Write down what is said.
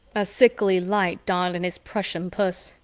a sickly light dawned in his prussian puss.